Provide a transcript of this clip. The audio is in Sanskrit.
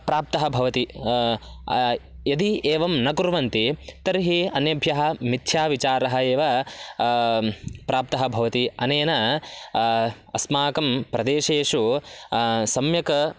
प्राप्तः भवति यदि एवं न कुर्वन्ति तर्हि अन्येभ्यः मिथ्या विचारः एव प्राप्तः भवति अनेन अस्माकं प्रदेशेषु सम्यक्